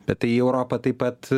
bet tai į europą taip pat